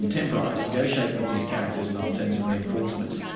and temporise, negotiate with these characters and i'll send some reinforcements',